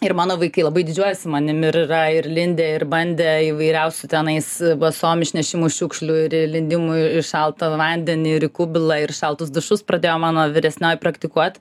ir mano vaikai labai didžiuojasi manimi yra ir lindę ir bandę įvairiausių tenais basom išnešimu šiukšlių ir lindimui į šaltą vandenį ir į kubilą ir į šaltus dušus pradėjo mano vyresnioji praktikuot